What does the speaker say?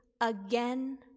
again